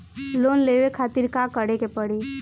Loan लेवे खातिर का करे के पड़ी?